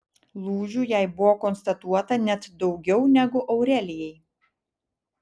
lūžių jai buvo konstatuota net daugiau negu aurelijai